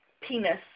penis